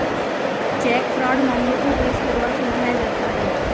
check fraud मामलों को police के द्वारा सुलझाया जाता है